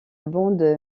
bande